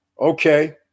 Okay